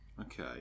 Okay